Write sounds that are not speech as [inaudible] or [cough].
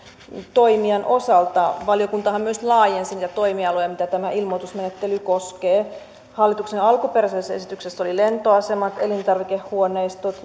toimijan osalta valiokuntahan myös laajensi niitä toimialoja mitä tämä ilmoitusmenettely koskee kun hallituksen alkuperäisessä esityksessä oli lentoasemat elintarvikehuoneistot [unintelligible]